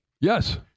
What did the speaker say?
yes